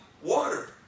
Water